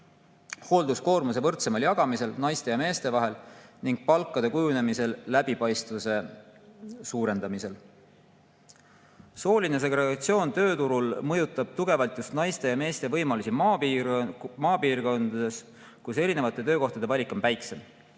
hoolduskoormuse võrdsemal jagamisel naiste ja meeste vahel ning palgakujunduse läbipaistvuse suurendamisel. Sooline segregatsioon tööturul mõjutab tugevalt just naiste ja meeste võimalusi maapiirkondades, kus töökohtade valik on väiksem.